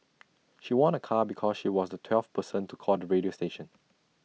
she won A car because she was the twelfth person to call the radio station